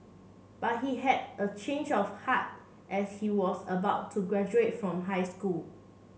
but he had a change of heart as he was about to graduate from high school